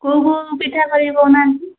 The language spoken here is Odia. କେଉଁ କେଉଁ ପିଠା କରିବି କହୁନାହାନ୍ତି